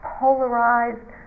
polarized